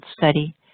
study